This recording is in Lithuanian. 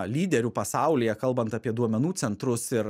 lyderių pasaulyje kalbant apie duomenų centrus ir